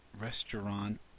Restaurant